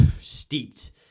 steeped